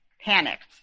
panicked